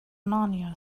narnia